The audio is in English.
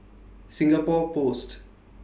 Singapore Post